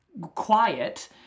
quiet